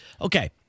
Okay